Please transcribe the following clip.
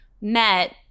met